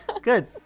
Good